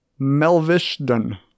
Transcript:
Melvishden